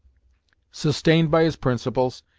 sustained by his principles,